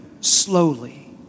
slowly